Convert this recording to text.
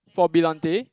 for brillante